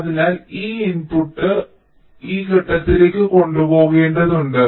അതിനാൽ ഈ ഔട്ട്പുട്ട് ഈ ഘട്ടത്തിലേക്ക് കൊണ്ടുപോകേണ്ടതുണ്ട്